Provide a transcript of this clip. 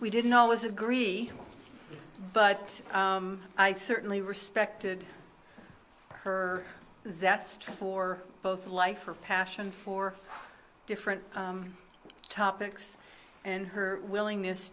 we didn't always agree but i certainly respected her zest for both of life for passion for different topics and her willingness